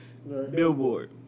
Billboard